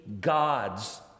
God's